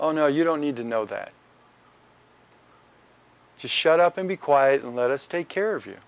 oh no you don't need to know that to shut up and be quiet and let us take care of you